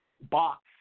box